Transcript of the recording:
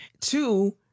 two